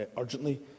urgently